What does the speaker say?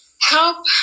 help